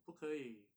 不可以